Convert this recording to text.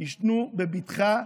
יישנו בבטחה,